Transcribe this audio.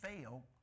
fail